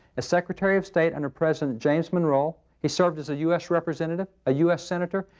as secretary of state under president james monroe. he served as a u s. representative, a u s. senator,